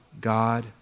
God